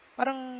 parang